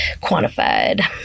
quantified